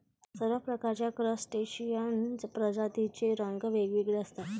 सर्व प्रकारच्या क्रस्टेशियन प्रजातींचे रंग वेगवेगळे असतात